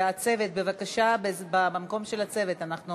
והצוות, בבקשה, במקום של הצוות, אנחנו